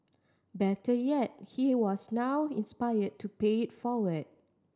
better yet he was now inspired to pay it forward